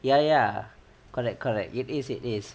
ya ya correct correct it is it is